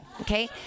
okay